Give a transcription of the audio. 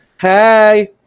Hey